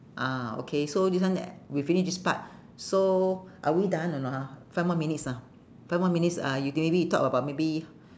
ah okay so this one we finish this part so are we done or not ah five more minutes ah five more minutes uh we can maybe talk about maybe